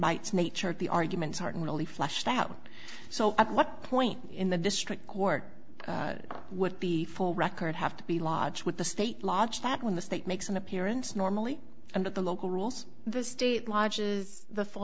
by its nature of the arguments aren't really fleshed out so at what point in the district court would be full record have to be lodged with the state lodge that when the state makes an appearance normally under the local rules the state lodges the full